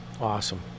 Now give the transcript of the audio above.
Awesome